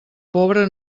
pobre